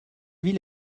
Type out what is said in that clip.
ville